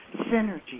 Synergy